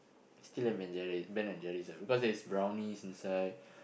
still M and Jerry Ben-and-Jerry's ah because there's brownies inside